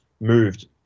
moved